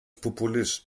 populist